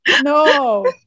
No